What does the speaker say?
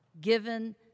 given